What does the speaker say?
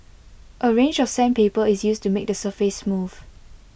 A range of sandpaper is used to make the surface smooth